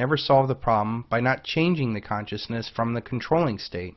never solve the problem by not changing the consciousness from the controlling state